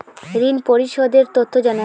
ঋন পরিশোধ এর তথ্য জানান